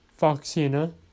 Foxina